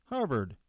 Harvard